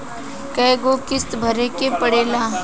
कय गो किस्त भरे के पड़ेला?